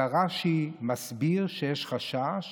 אלא רש"י מסביר שיש חשש